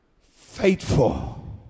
Faithful